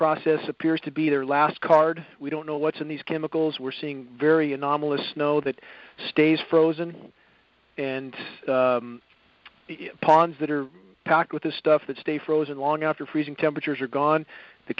process appears to be their last card we don't know what's in these chemicals we're seeing very anomalous snow that stays frozen and the ponds that are packed with the stuff that stay frozen long after freezing temperatures are gone the